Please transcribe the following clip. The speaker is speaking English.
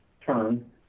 turn